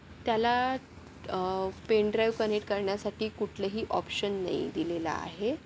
त्याला pen drive connect करण्यासाठी कुठलंही ऑप्शन नाही दिलेलं आहे